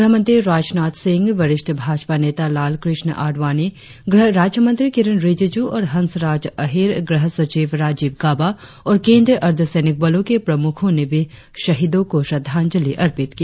गृहमंत्री राजनाथ सिंह वरिष्ठ भाजपा नेता लालकृष्ण आडवाणी गृह राज्यमंत्री किरेन रिजिज्ञ और हंस राज अहीर गृहसचिव राजीव गाबा और केंद्रीय अर्द्वसैनिक बलों के प्रमुखो ने भी शहीदो को श्रद्धांजलि अर्पित की